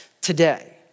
today